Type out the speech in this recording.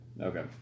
Okay